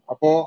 Apo